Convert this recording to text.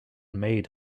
made